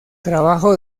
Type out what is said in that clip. trabajo